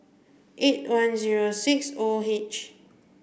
eight one zero six O H